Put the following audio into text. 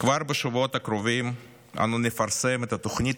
כבר בשבועות הקרובים אנו נפרסם את התוכנית